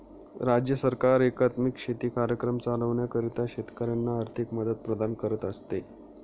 राज्य सरकार एकात्मिक शेती कार्यक्रम चालविण्याकरिता शेतकऱ्यांना आर्थिक मदत प्रदान करत असते